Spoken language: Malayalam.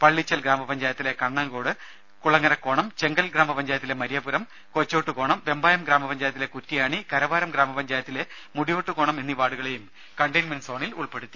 പള്ളിച്ചൽ ഗ്രാമ പഞ്ചായത്തിലെ കണ്ണകോട് കുളങ്ങരക്കോണം ചെങ്കൽ ഗ്രാമപഞ്ചായത്തിലെ മരിയപുരം കൊച്ചോട്ടുകോണം വെമ്പായം ഗ്രാമ പഞ്ചായത്തിലെ കുറ്റിയാണി കരവാരം ഗ്രാമ പഞ്ചായത്തിലെ മുടിയോട്ടുകോണം എന്നീ വാർഡുകളെയും കണ്ടെയിൻമെന്റ് സോണിൽ ഉൾപ്പെടുത്തി